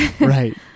Right